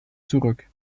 zurück